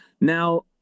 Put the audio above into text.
now